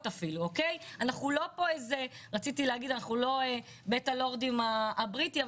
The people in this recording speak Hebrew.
אפילו רציתי להגיד שאנחנו לא בית הלורדים הבריטי,